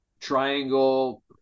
triangle